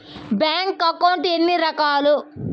bank account ఎన్ని రకాలు